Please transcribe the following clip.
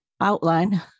outline